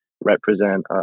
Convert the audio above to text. represent